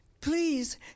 please